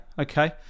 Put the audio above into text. Okay